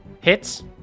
Hits